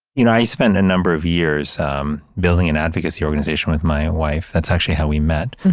you know i spent a number of years um building an advocacy organization with my wife. that's actually how we met.